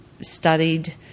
studied